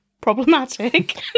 problematic